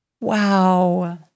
Wow